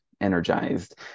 energized